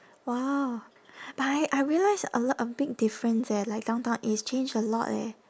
!wow! but I I realised a lot of big difference eh like downtown east change a lot eh